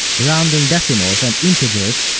rounding decimals and integers,